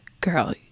girl